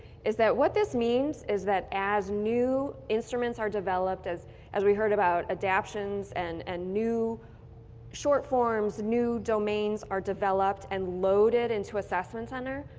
is that what this means is that as new instruments are developed, as as we heard about adaptions and and new short forms, new domains are developed and loaded into assessment center,